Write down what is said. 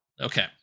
Okay